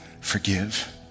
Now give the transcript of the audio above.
forgive